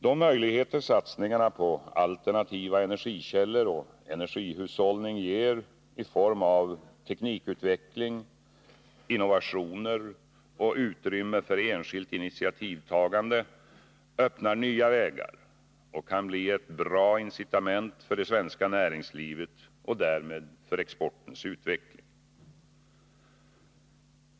De möjligheter satsningarna på alternativa energikällor och energihushållning ger i form av teknisk utveckling, innovationer och utrymme för enskilt initiativtagande öppnar nya vägar och kan bli ett bra incitament för det svenska näringslivet och därmed för exportens utveckling.